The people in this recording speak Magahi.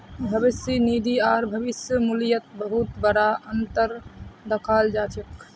भविष्य निधि आर भविष्य मूल्यत बहुत बडा अनतर दखाल जा छ